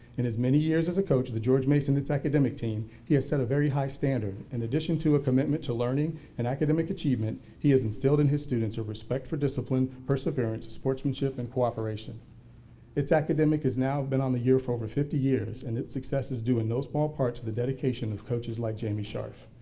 in as many years as a coach of the george mason it's academic team he has set a very high standard. in and addition to a commitment to learning and academic achievement, he has instilled in his students of respect for discipline, perseverance, sportsmanship and cooperation it's academic has now been on the air for over fifty years and its success is due in no small part to the dedication of coaches like jamie sharp.